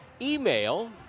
email